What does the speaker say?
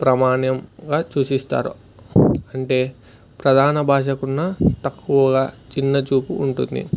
ప్రమాణ్యంగా చూసిస్తారు అంటే ప్రధాన భాషకున్న తక్కువగా చిన్న చూపు ఉంటుంది